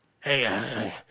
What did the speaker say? Hey